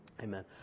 Amen